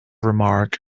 remark